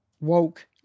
woke